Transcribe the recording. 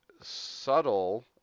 subtle